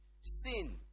sin